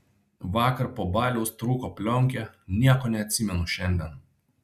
vakar po baliaus trūko plionkė nieko neatsimenu šiandien